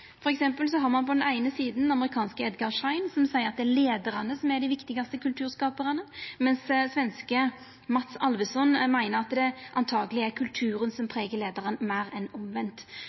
har ein på den eine sida amerikanske Edgar Schein, som seier at det er leiarane som er dei viktigaste kulturskaparane, mens svenske Mats Alvesson meiner at det antakeleg er kulturen som pregar leiaren meir enn omvendt.